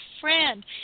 friend